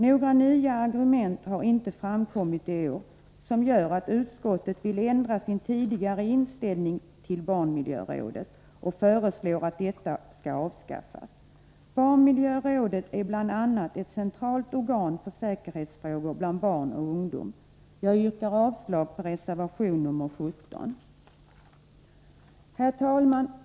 Några nya argument har inte framkommit i år som föranleder utskottet att ändra sin tidigare inställning och föreslå att barnmiljörådet avskaffas. Barnmiljörådet är bl.a. ett centralt organ för säkerhetsfrågor vad beträffar barn och ungdom. Jag yrkar avslag på reservation 17. Herr talman!